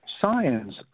science